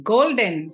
Golden